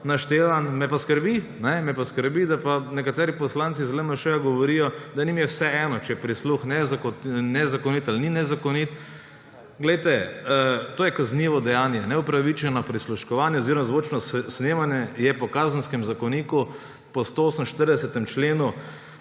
naštelan, me pa skrbi, da nekateri poslanci iz LMŠ govorijo, da njim je vseeno, če je prisluh nezakonit ali ni nezakonit. Glejte, to je kaznivo dejanje, neupravičeno prisluškovanje oziroma zvočno snemanje je po Kazenskem zakoniku po 148. členu